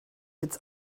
witz